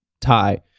tie